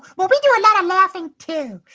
well, we do a lot of laughing, too.